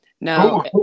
No